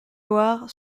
loire